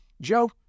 Joe